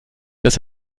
dass